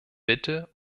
bitte